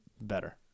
better